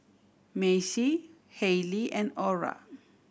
Maci Hailey and Orra